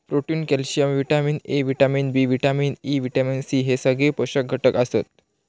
protein, calcium, vitamin A, vitamin B, vitamin E, vitamin C हे सगळे पोषक घटक आसत